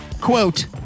quote